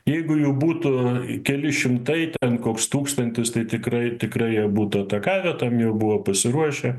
jeigu jau būtų keli šimtai ten koks tūkstantis tai tikrai tikrai jie būtų atakavę tam jau buvo pasiruošę